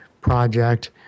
project